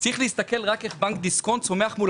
צריך להסתכל רק איך בנק דיסקונט צומח מול